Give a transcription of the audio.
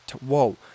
whoa